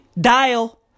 dial